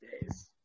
days